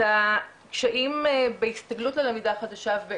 את הקשיים בהסתגלות ללמידה חדשה.